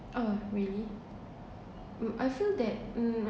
uh really um I feel that um